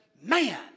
man